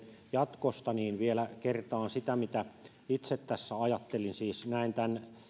jatkosta niin vielä kertaan sitä mitä itse tässä ajattelin siis näen tämän